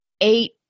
Eight